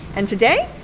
and, today,